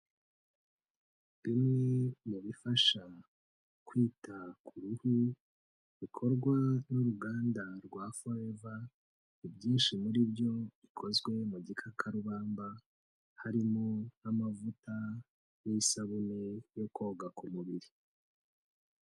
Bimwe mu bifasha kwita ku ruhu bikorwa n'uruganda rwa Foreva, ibyinshi muri byo bikozwe mu gikakarubamba harimo: amavuta, n'isabune yo koga ku mubiri.